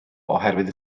oherwydd